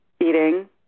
eating